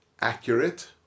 accurate